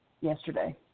yesterday